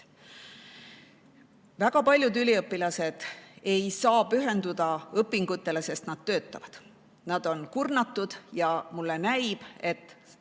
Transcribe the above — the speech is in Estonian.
Väga paljud üliõpilased ei saa pühenduda õpingutele, sest nad töötavad, nad on kurnatud. Mulle näib, et